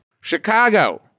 Chicago